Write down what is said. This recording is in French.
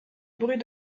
bruit